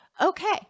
Okay